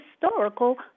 historical